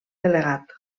delegat